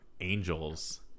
angels